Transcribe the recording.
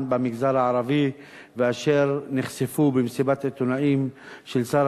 במגזר הערבי ואשר נחשפו במסיבת העיתונאים של שר